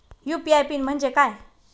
UPI PIN म्हणजे काय?